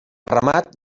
remat